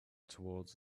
towards